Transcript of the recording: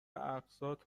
اقساط